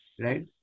right